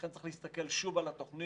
לכן צריך להסתכל שוב על התוכנית,